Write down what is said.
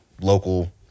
local